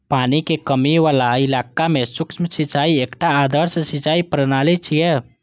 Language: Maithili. पानिक कमी बला इलाका मे सूक्ष्म सिंचाई एकटा आदर्श सिंचाइ प्रणाली छियै